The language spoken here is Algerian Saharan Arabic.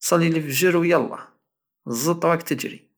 صلي لفجر ويلاه الزط راك تجري